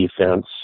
defense